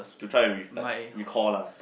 to try and with like recall lah